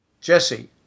Jesse